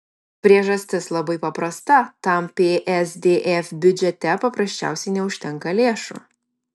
priežastis labai paprasta tam psdf biudžete paprasčiausiai neužtenka lėšų